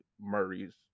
Murray's